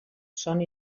són